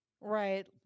right